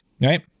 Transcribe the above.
right